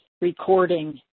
recording